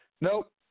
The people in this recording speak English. Nope